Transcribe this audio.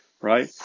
right